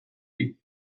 eat